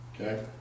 okay